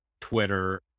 Twitter